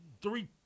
three